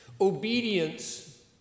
Obedience